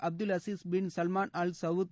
Abdulaziz bin Salman Al south